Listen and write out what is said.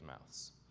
mouths